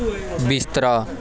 ਬਿਸਤਰਾ